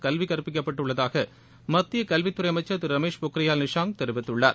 கல்வி கற்பிக்கப்பட்டுள்ளதாக மத்திய கல்வித்துறை அமைச்சர் திரு ரமேஷ் பொக்ரியால் நிஷாங்க் தெரிவித்துள்ளார்